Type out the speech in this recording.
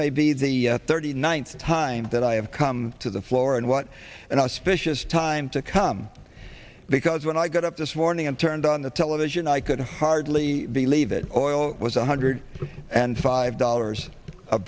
may be the thirty ninth time that i have come to the floor and what and i was fishes time to come because when i got up this morning and turned on the television i could hardly believe that oil was one hundred and five dollars a